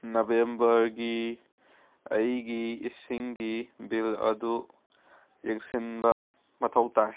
ꯅꯕꯦꯝꯕꯔꯒꯤ ꯑꯩꯒꯤ ꯏꯁꯤꯡꯒꯤ ꯕꯤꯜ ꯑꯗꯨ ꯌꯦꯡꯁꯤꯟꯕ ꯃꯊꯧ ꯇꯥꯏ